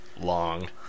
Long